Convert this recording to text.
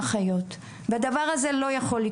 הזווית החקלאית,